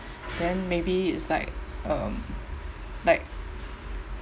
then maybe it's like um like